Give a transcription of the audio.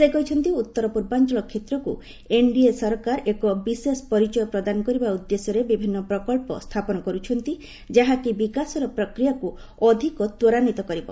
ସେ କହିଛନ୍ତି ଉତ୍ତର ପୂର୍ବାଞ୍ଚଳ କ୍ଷେତ୍ରକୁ ଏନ୍ଡିଏ ସରକାର ଏକ ବିଶେଷ ପରିଚୟ ପ୍ରଦାନ କରିବା ଉଦ୍ଦେଶ୍ୟରେ ବିଭିନ୍ନ ପ୍ରକଳ୍ପ ସ୍ଥାପନ କରୁଛନ୍ତି ଯାହାକି ବିକାଶର ପ୍ରକ୍ରିୟାକୁ ଅଧିକ ତ୍ୱରାନ୍ୱିତ କରିବ